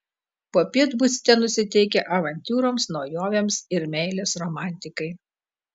popiet būsite nusiteikę avantiūroms naujovėms bei meilės romantikai